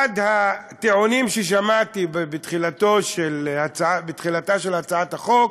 אחד הטיעונים ששמעתי בתחילתה של הצעת החוק